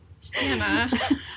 Santa